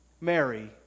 Mary